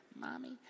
mommy